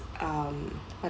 um